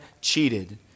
cheated